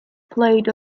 played